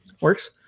Works